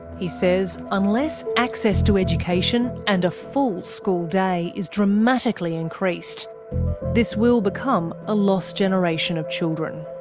he says unless access to education and a full school day is dramatically increased this will become a lost generation of children.